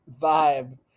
vibe